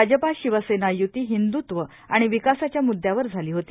भाजपा शिवसेना य्ती हिंदुत्व आणि विकासाच्या मुद्यावर झाली होती